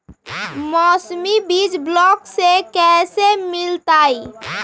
मौसमी बीज ब्लॉक से कैसे मिलताई?